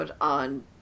on